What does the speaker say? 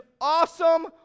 awesome